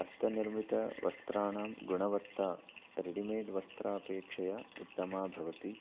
हस्तनिर्मितवस्त्राणां गुणवत्ता रेडिमेड् वस्त्रापेक्षया उत्तमा भवति